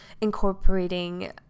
incorporating